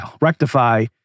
rectify